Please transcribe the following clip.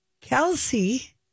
Kelsey